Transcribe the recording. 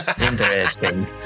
Interesting